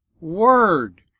word